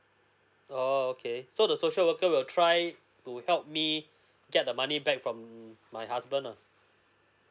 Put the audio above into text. oo okay so the social worker will try to help me get the money back from my husband uh